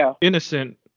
innocent